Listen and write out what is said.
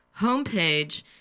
homepage